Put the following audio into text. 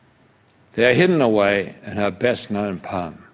they are hidden away in her best known poem,